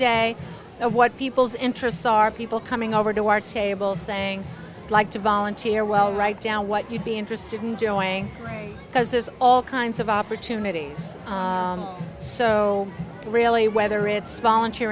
day of what people's interests are people coming over to our table saying like to volunteer well write down what you'd be interested in doing because there's all kinds of opportunities so really whether it's volunteer